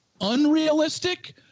unrealistic